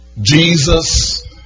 Jesus